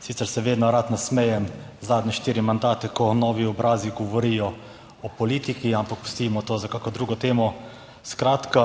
sicer se vedno rad nasmejem zadnje štiri mandate, ko novi obrazi govorijo o politiki, ampak pustimo to za kakšno drugo temo. Skratka,